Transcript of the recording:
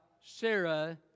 Sarah